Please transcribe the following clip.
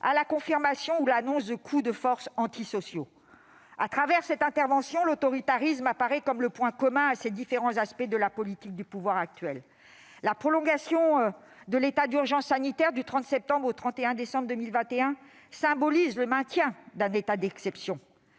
à la confirmation ou à l'annonce de coups de force antisociaux. Dans son intervention, l'autoritarisme apparaît comme le point commun des différents aspects de la politique du pouvoir actuel. La prolongation de l'état d'urgence sanitaire du 30 septembre au 31 décembre 2021 symbolise le maintien d'un état d'exception.